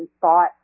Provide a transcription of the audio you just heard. thought